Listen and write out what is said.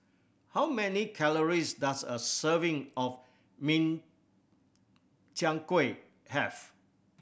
how many calories does a serving of Min Chiang Kueh have